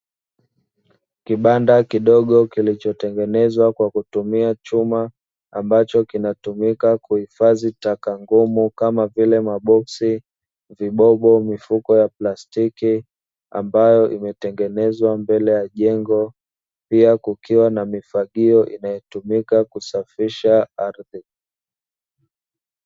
Kibanda kidogo kilichotengenezwa kwa kutumia chuma ambacho kinatumika kuhifadhi taka ngumu kama vile maboksi, vibobo, mifuko ya plastiki ambayo imetengenezwa mbele ya jengo pia kukiwa na mifagio inayotumika kusafisha ardhi.